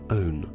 own